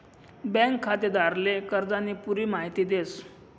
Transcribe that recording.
bank खातेदारले कर्जानी पुरी माहिती देस